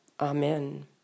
Amen